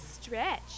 stretch